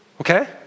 okay